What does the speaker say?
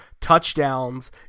touchdowns